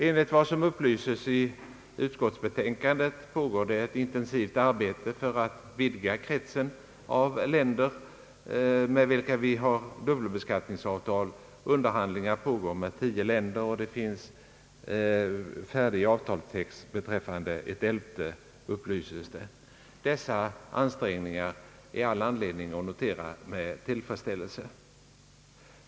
Enligt vad som upplyses i utskottsbetänkandet pågår ett intensivt arbete för att vidga kretsen av länder med vilka vi har dubbelbeskattningsavtal. Under handlingar om sådana avtal pågår med tio länder, och färdig avtalstext föreligger i fråga om ytterligare ett. Det finns all anledning att notera dessa ansträngningar med tillfredsställelse.